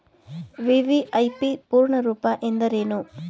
VVIP ಪೂರ್ಣ ರೂಪ ಎಂದರೇನು?